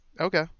okay